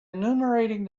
enumerating